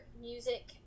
music